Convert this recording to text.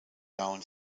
down